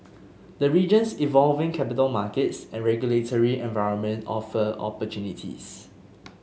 the region's evolving capital markets and regulatory environment offer opportunities